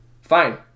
fine